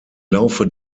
laufe